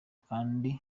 kandi